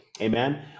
amen